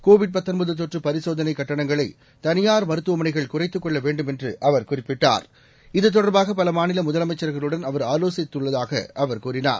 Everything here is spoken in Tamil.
கோவிட் தொற்றுபரிசோதனைகட்டணங்களைதனியார் மருத்துவமனைகள் குறைத்துக் கொள்ளவேண்டும் என்றுஅவர் குறிப்பிட்டார் இது தொடர்பாகபலமாநிலமுதலமைச்சர்களுடன் அவர் ஆலோசித்துள்ளதாகஅவர் கூறினார்